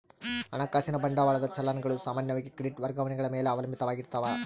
ಹಣಕಾಸಿನ ಬಂಡವಾಳದ ಚಲನ್ ಗಳು ಸಾಮಾನ್ಯವಾಗಿ ಕ್ರೆಡಿಟ್ ವರ್ಗಾವಣೆಗಳ ಮೇಲೆ ಅವಲಂಬಿತ ಆಗಿರ್ತಾವ